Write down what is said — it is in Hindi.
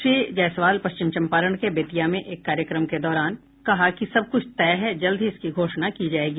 श्री जायसवाल पश्चिम चम्पारण के बेतिया में एक कार्यक्रम के दौरान कहा कि सब कुछ तय है जल्द ही इसकी घोषणा की जायेगी